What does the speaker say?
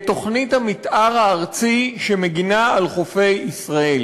תוכנית המתאר הארצית שמגינה על חופי ישראל.